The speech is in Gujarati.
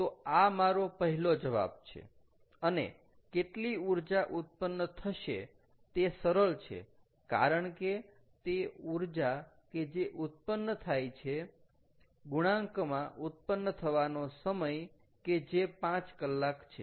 તો આ મારો પહેલો જવાબ છે અને કેટલી ઊર્જા ઉત્પન્ન થશે તે સરળ છે કારણ કે તે ઊર્જા કે જે ઉત્પન્ન થાય છે ગુણાકમાં ઉત્પન્ન થવાનો સમય કે જે 5 કલાક છે